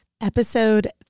Episode